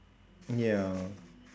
ya